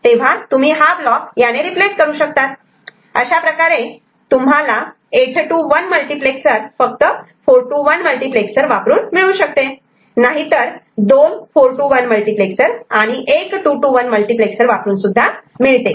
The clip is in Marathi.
तेव्हा तुम्ही हा ब्लॉक याने रिप्लेस करू शकतात अशाप्रकारे तुम्हाला 8 to 1 मल्टिप्लेक्सर फक्त 4 to 1 मल्टिप्लेक्सर वापरून मिळू शकते नाहीतर दोन 4 to 1 आणि एक 2 to 1 मल्टिप्लेक्सर वापरून सुद्धा मिळते